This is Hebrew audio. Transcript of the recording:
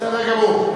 בסדר גמור.